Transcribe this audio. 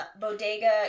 bodega